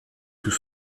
tout